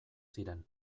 ziren